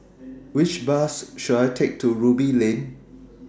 Which Bus should I Take to Ruby Lane